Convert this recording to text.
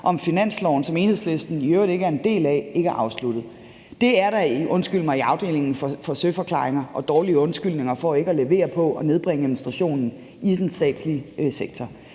om finansloven, som Enhedslisten jo i øvrigt ikke er en del af, ikke er afsluttet. Det er da, undskyld mig, i afdelingen for søforklaringer og dårlige undskyldninger for ikke at levere på at nedbringe administrationen i den statslige sektor.